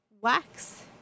wax